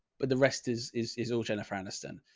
but the rest is, is, is all jennifer aniston.